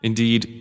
Indeed